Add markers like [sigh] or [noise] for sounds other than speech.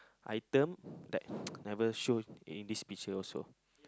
item that [breath] [noise] never show in this picture also